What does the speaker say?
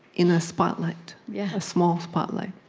in a spotlight, yeah a small spotlight.